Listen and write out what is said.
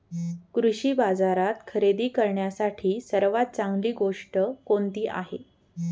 कृषी बाजारात खरेदी करण्यासाठी सर्वात चांगली गोष्ट कोणती आहे?